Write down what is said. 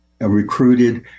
recruited